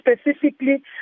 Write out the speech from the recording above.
specifically